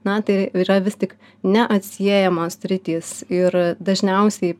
na tai yra vis tik neatsiejamos sritys ir dažniausiai